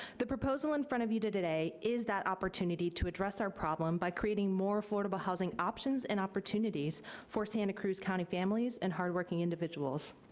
the proposal in front of you today is that opportunity to address our problem by creating more affordable housing options and opportunities for santa cruz county families and hardworking individuals.